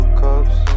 cups